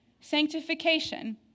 sanctification